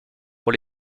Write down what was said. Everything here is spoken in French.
pour